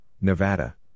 Nevada